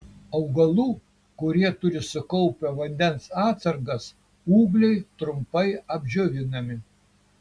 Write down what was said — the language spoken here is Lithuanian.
augalų kurie turi sukaupę vandens atsargas ūgliai trumpai apdžiovinami